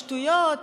זה הכול שטויות,